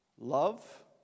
Love